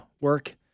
work